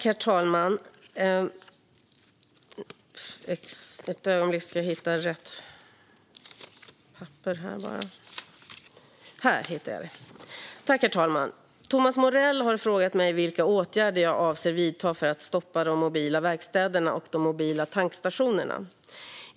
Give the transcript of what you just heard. Herr talman! har frågat mig vilka åtgärder jag avser att vidta för att stoppa de mobila verkstäderna och de mobila tankstationerna.